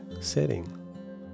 setting